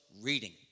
reading